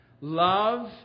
love